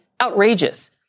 outrageous